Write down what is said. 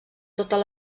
totes